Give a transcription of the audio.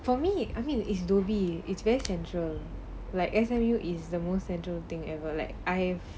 for me I mean is dubi it's vast central like S_M_U is the most central thing ever like I've